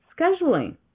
scheduling